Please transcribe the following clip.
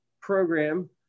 program